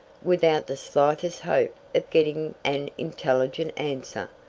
without the slightest hope of getting an intelligent answer.